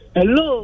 Hello